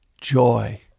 joy